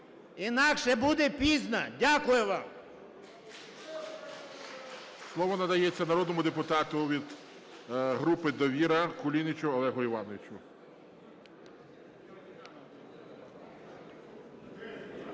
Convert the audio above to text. інакше буде пізно. Дякую вам.